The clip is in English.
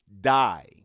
die